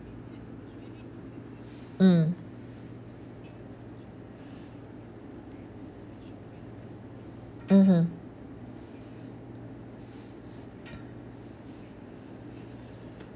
mm mmhmm